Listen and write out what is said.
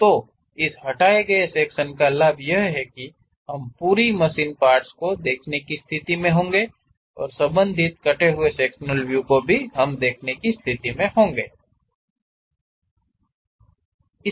तो इस हटाए गए सेक्शन का लाभ एक यह हैकी हम पूरी मशीन पार्ट्स को देखने की स्थिति में होंगे और संबंधित कटे हुए सेक्शनल व्यू भी हम देख सकते हैं